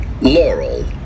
Laurel